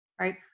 right